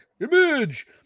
Image